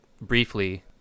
briefly